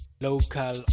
local